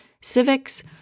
civics